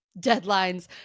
deadlines